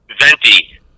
Venti